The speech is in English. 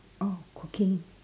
oh cooking